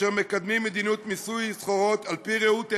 אשר מקדמים מדיניות מיסוי סחורות על-פי ראות עיניהם,